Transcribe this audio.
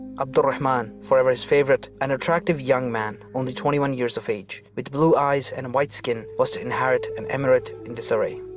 abd al-rahman, forever his favourite, an attractive young man, only twenty one years of age, with blue eyes and white skin, was to inherit an emirate in disarray.